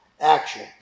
Action